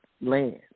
land